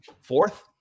fourth